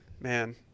man